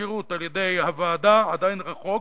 בשירות על-ידי הוועדה עדיין רחוק,